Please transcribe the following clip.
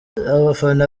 abafana